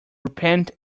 repent